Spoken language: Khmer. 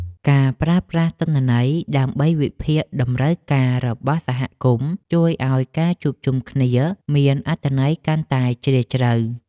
ការប្រើប្រាស់ទិន្នន័យដើម្បីវិភាគតម្រូវការរបស់សហគមន៍ជួយឱ្យការជួបជុំគ្នាមានអត្ថន័យកាន់តែជ្រាលជ្រៅ។